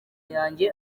yanjye